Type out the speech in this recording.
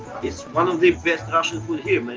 it's one of the best russian food here, man,